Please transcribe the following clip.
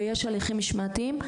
ויש הליכים משמעתיים,